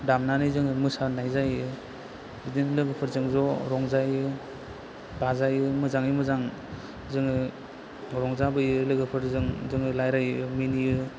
दामनानै जोङो मोसानाय जायो जों लोगोफोरजों ज' रंजायो बाजायो मोजाङै मोजां जोङो रंजाबोयो जोङो लोगोफोरजों जोङो रायलायो मिनियो